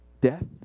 death